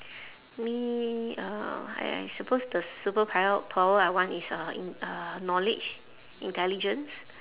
me uh I I suppose the superpower power I want is uh in~ uh knowledge intelligence